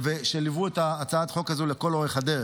שליוו את הצעת החוק הזו לכל אורך הדרך,